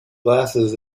glasses